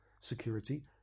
security